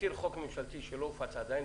תזכיר חוק ממשלתי שלא הופץ עדיין,